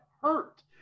hurt